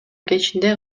кечинде